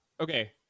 okay